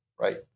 Right